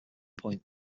point